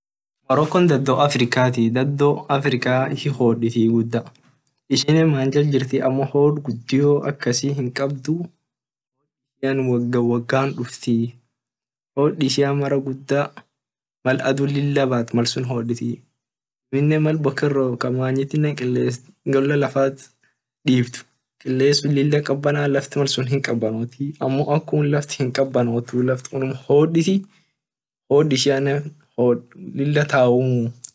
Mororcco dado africati laf africa ishin hihoditii guda ishine many jal jirti amo hod gudio akasi hinkabdu yaani wog wogan duftii hod ishian mara guda mal adhu lila bat mal sun amine mal boken rob ka mayiti kiles gola lafat dib kilesun lila kabana laft mal sun hinkobanotii onkun lafti hihoditi hod ishia lila tayumuu.